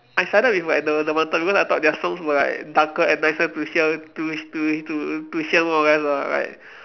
I sided with like the the wanted because I thought their songs were like darker and nicer to hear to to to to hear more or less lah like